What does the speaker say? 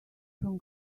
from